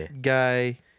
guy